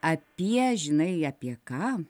apie žinai apie ką